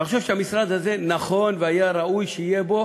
אני חושב שהמשרד הזה נכון, והיה ראוי שיהיה בו